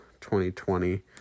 2020